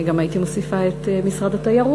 אני גם הייתי מוסיפה את משרד התיירות.